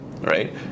right